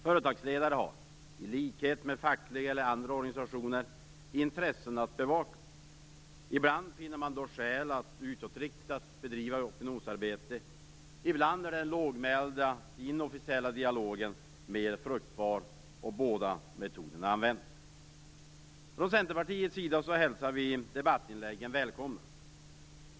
Företagsledare har i likhet med fackliga eller andra organisationer intressen att bevaka. Ibland finner man då skäl att bedriva utåtriktat opinionsarbete; ibland är den lågmälda inofficiella dialogen mer fruktbar. Båda metoderna används. Från Centerpartiets sida hälsar vi debattinläggen välkomna.